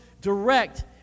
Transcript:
direct